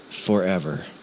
forever